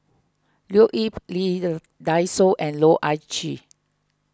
Leo Yip Lee the Dai Soh and Loh Ah Chee